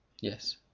Yes